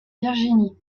virginie